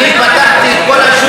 אני פתחתי את כל השוק,